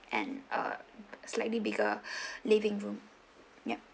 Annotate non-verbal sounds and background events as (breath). and uh slightly bigger (breath) living room yup